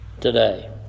today